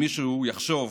שמישהו יחשוב